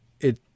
It